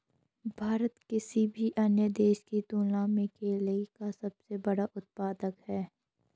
भारत किसी भी अन्य देश की तुलना में केले का सबसे बड़ा उत्पादक है